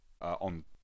on